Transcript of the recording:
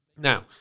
Now